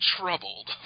troubled